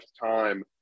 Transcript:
time